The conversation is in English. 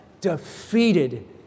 defeated